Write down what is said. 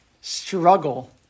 struggle